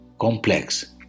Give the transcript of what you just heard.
complex